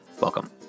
Welcome